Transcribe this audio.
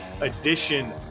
edition